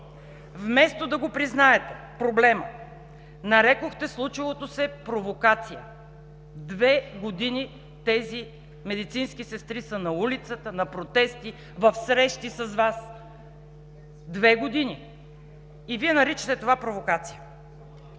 Вместо да признаете проблема, нарекохте случилото се „провокация“. Две години тези медицински сестри са на улицата, на протести, в срещи с Вас. Две години! И Вие наричате това провокация.